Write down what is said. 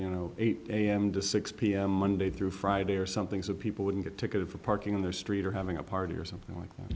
you know eight am to six pm monday through friday or something so people wouldn't get ticketed for parking on their street or having a party or something like that